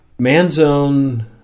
Manzone